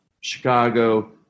Chicago